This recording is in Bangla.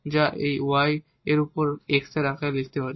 যা আমরা এই Y এর উপর X এর আকারে লিখতে পারি